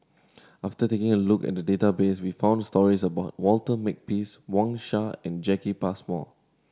after taking a look at the database we found stories about Walter Makepeace Wang Sha and Jacki Passmore